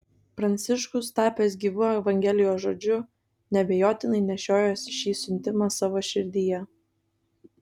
pranciškus tapęs gyvu evangelijos žodžiu neabejotinai nešiojosi šį siuntimą savo širdyje